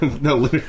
No